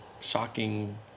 shocking